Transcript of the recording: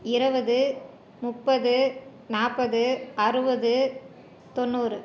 இருவது முப்பது நாற்பது அறுபது தொண்ணூறு